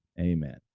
Amen